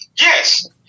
Yes